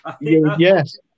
Yes